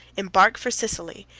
embark for sicily,